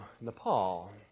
Nepal